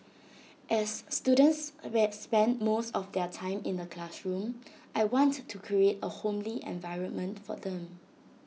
as students spend most of their time in the classroom I want to create A homely environment for them